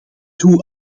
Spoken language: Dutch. hoe